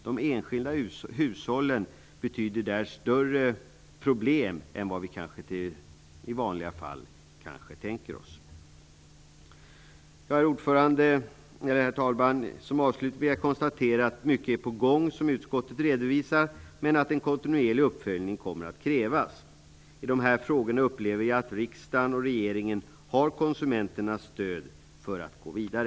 De enskilda hushållen är större miljöbovar än vad vi i vanliga fall tänker oss. Herr talman! Som avslutning kan jag konstatera att mycket är på gång, som utskottet redovisat, men att en kontinuerlig uppföljning kommer att krävas. I de här frågorna upplever jag att riksdagen och regeringen har konsumenternas stöd för att gå vidare.